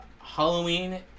Halloween